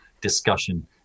discussion